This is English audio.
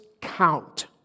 count